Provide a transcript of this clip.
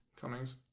Cummings